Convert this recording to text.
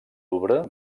louvre